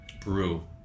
Peru